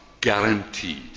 guaranteed